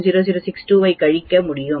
062 ஐக் கழிக்க முடியும்